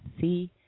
See